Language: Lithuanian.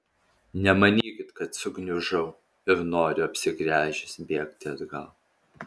nemanykit kad sugniužau ir noriu apsigręžęs bėgti atgal